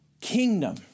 kingdom